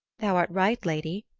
thou art right, lady.